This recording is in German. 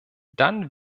dann